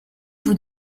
vous